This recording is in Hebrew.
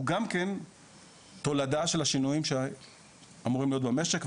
הוא גם כן תולדה של השינויים שאמורים להיות במשק,